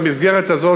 במסגרת הזאת,